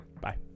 bye